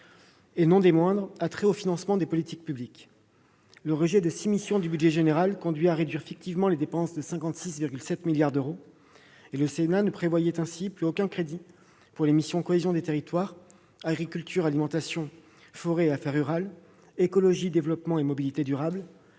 et le Sénat a trait au financement des politiques publiques. Le rejet de six missions du budget général conduit à réduire fictivement les dépenses de 56,7 milliards d'euros. Le Sénat ne prévoit ainsi plus aucun crédit pour les missions « Cohésion des territoires »,« Agriculture, alimentation, forêt et affaires rurales »,« Écologie, développement et mobilité durables